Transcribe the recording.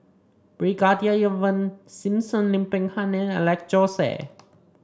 Brigadier Ivan Simson Lim Peng Han and Alex Josey